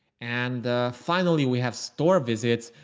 and finally, we have store visits,